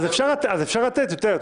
אז אפשר לתת יותר,